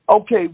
okay